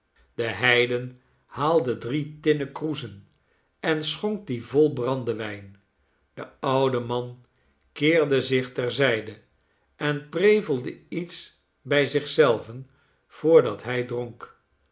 de heiden haalde drie tinnen kroezen en schonk die vol brandewijn de oude man keerde zich ter zijde en prevelde iets bij zich zelven voordat hij dronk